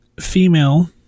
female